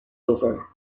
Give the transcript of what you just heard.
over